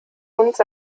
uns